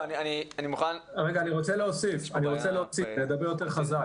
אני רוצה להוסיף, אני אדבר יותר חזק.